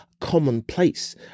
commonplace